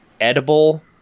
edible